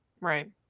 Right